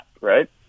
right